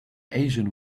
asian